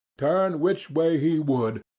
turn which way he would,